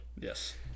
yes